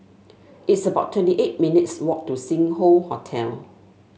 it's about twenty eight minutes' walk to Sing Hoe Hotel